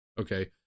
okay